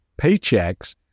paychecks